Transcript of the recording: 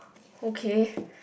okay